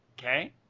Okay